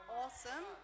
awesome